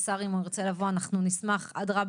השר אם הוא ירצה לבוא אנחנו נשמח אדרבא